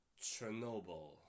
Chernobyl